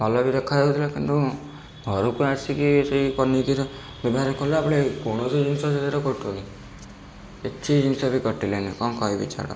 ଭଲ ବି ଦେଖାଯାଉଥିଲା କିନ୍ତୁ ଘରକୁ ଆସିକି ସେଇ ପନିକିରେ ବ୍ୟବହାର କଲାବେଳେ କୌଣସି ଜିନିଷ ସେଇଥିରେ କଟୁନି କିଛି ଜିନିଷ ବି କଟିଲାନି କ'ଣ କହିବି ଛାଡ଼